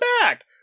back